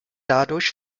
dadurch